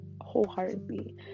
wholeheartedly